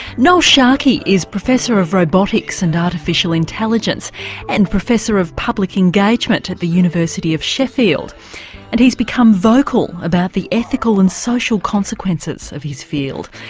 sharkey is professor of robotics and artificial intelligence and professor of public engagement at the university of sheffield and he's become vocal about the ethical and social consequences of his field.